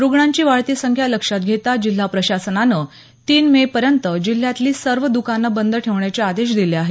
रुग्णांची वाढती संख्या लक्षात घेता जिल्हा प्रशासनानं तीन मे पर्यंत जिल्हातली सर्व दकानं बंद ठेवण्याचे आदेश दिले आहेत